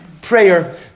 Prayer